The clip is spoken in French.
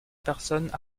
personnes